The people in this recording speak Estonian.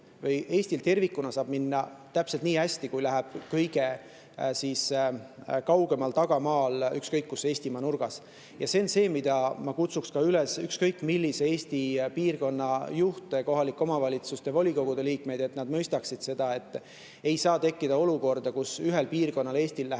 Eestil tervikuna saab minna täpselt nii hästi, kui läheb kõige kaugemal tagamaal ükskõik kus Eestimaa nurgas. Ma kutsun üles ükskõik millise piirkonna juhte, kohalike omavalitsuste volikogude liikmeid mõistma seda, et ei saa tekkida olukorda, kus ühel piirkonnal Eestis läheb